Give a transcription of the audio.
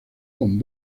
con